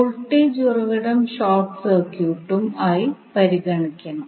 voltage ഉറവിടം short സർക്യൂട്ടും ആയി പരിഗണിക്കണം